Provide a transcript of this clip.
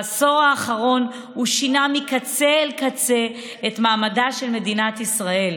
בעשור האחרון הוא שינה מקצה אל קצה את מעמדה של מדינת ישראל.